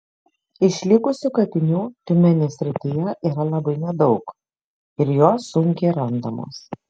išlikusių kapinių tiumenės srityje yra labai nedaug ir jos sunkiai randamos